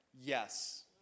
yes